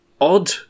odd